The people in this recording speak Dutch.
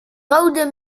rode